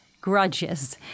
grudges